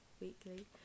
weekly